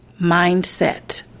mindset